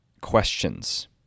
questions